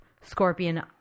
Scorpion